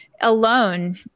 alone